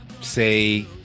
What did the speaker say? say